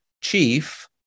chief